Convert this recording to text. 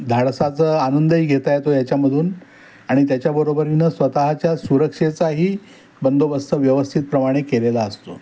धाडसाचं आनंदही घेता येतो याच्यामधून आणि त्याच्या बरोबरीनं स्वतःच्या सुरक्षेचाही बंदोबस्त व्यवस्थितप्रमाणे केलेला असतो